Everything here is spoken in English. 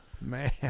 Man